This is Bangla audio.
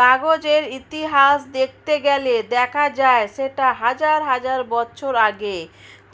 কাগজের ইতিহাস দেখতে গেলে দেখা যায় সেটা হাজার হাজার বছর আগে